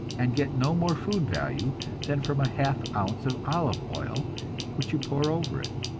and get no more food value than from a half ounce of olive oil which you pour over it.